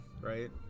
right